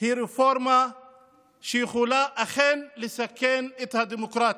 היא רפורמה שיכולה אכן לסכן את הדמוקרטיה,